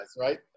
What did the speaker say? right